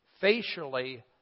facially